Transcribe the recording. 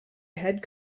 head